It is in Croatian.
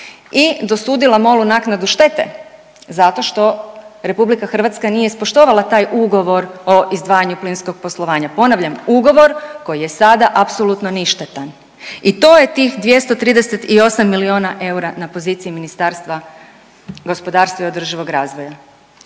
i dosudila Molu naknadu štete zato što RH nije ispoštovala taj ugovor o izdvajanju plinskog poslovanja. Ponavljam, ugovor koji je sada apsolutno ništetan i to je tih 238 milijuna eura na poziciji Ministarstva gospodarstva i održivog razvoja.